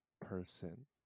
person